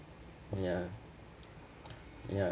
ya ya